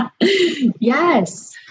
Yes